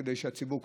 כדי שהציבור,